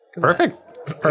Perfect